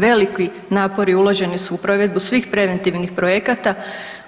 Veliki napori uloženi su u provedbu svih preventivnih projekata